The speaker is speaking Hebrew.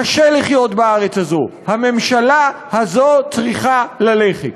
קשה לחיות בארץ הזאת הממשלה הזאת צריכה ללכת.